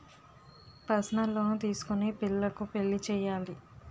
personal loan తీసుకొని పిల్లకు పెళ్లి చేయాలి